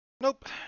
Nope